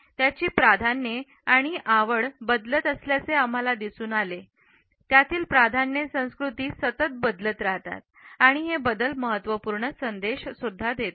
त्याची प्राधान्ये आणि आवड बदलत असल्याचे आम्हाला दिसून आले की त्यातील प्राधान्ये संस्कृती सतत बदलत राहतात आणि हे बदल महत्त्वपूर्ण संदेश देतात